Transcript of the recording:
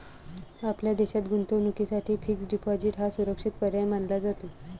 आपल्या देशात गुंतवणुकीसाठी फिक्स्ड डिपॉजिट हा सुरक्षित पर्याय मानला जातो